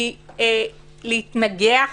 מלהתנגח